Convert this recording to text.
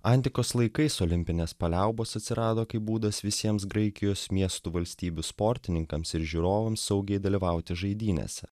antikos laikais olimpinės paliaubos atsirado kaip būdas visiems graikijos miestų valstybių sportininkams ir žiūrovams saugiai dalyvauti žaidynėse